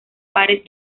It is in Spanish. pares